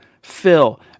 Phil